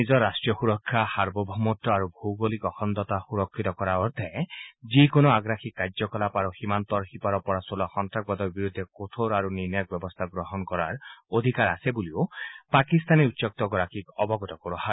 নিজৰ ৰাষ্টীয় সুৰক্ষা সাৰ্বভৌমত্ব আৰু ভৌগোলিক অখণ্ডতা সুৰক্ষিত কৰাৰ অৰ্থে যিকোনো আগ্ৰাসী আৰু সীমান্তৰ সিপাৰৰ পৰা চলোৱা সন্নাসবাদৰ বিৰুদ্ধে কঠোৰ আৰু নিৰ্ণায়ক ব্যৱস্থা গ্ৰহণৰ অধিকাৰ ভাৰতৰ আছে বুলিও পাকিস্তানী উচ্চায়ুক্তগৰাকীক অৱগত কৰোৱা হয়